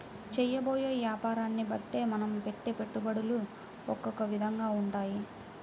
చేయబోయే యాపారాన్ని బట్టే మనం పెట్టే పెట్టుబడులు ఒకొక్క విధంగా ఉంటాయి